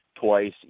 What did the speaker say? twice